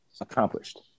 accomplished